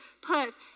put